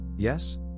Yes